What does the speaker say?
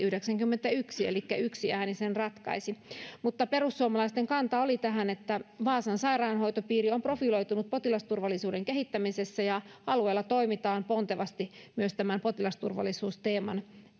viiva yhdeksänkymmentäyksi elikkä yksi ääni sen ratkaisi perussuomalaisten kanta tähän oli se että vaasan sairaanhoitopiiri on profiloitunut potilasturvallisuuden kehittämisessä ja alueella toimitaan pontevasti myös tämän potilasturvallisuusteeman